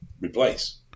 replace